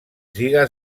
ziga